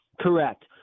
Correct